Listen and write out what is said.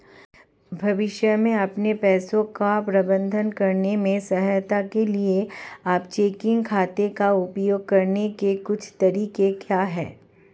भविष्य में अपने पैसे का प्रबंधन करने में सहायता के लिए आप चेकिंग खाते का उपयोग करने के कुछ तरीके क्या हैं?